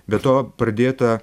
be to pradėta